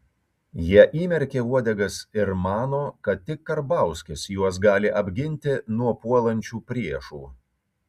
jie įmerkė uodegas ir mano kad tik karbauskis juos gali apginti nuo puolančių priešų